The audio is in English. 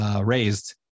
raised